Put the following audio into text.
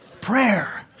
Prayer